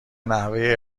نحوه